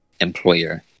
employer